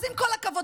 אז עם כל הכבוד,